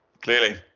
Clearly